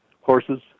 horses